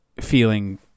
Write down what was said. feeling